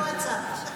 בארצות הברית?